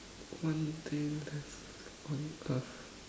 one day left on earth